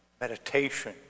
meditation